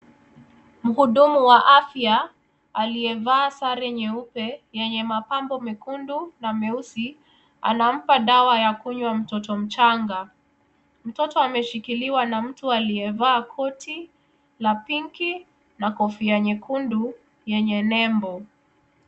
Mhudumu wa afya aliyevaa sare nyeupe yenye mapambo mekundu na meusi anampa dawa ya kunywa mtoto mchanga. Mtoto ameshikiliwa na mtu aliyevaa koti la pinki na kofia nyekundu yenye nembo.